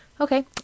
Okay